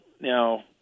Now